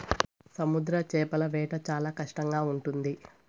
సముద్ర చేపల వేట చాలా కష్టంగా ఉంటుంది